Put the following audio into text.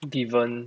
given